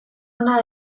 ona